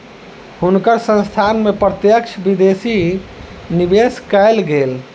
हुनकर संस्थान में प्रत्यक्ष विदेशी निवेश कएल गेल